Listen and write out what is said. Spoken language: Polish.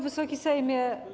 Wysoki Sejmie!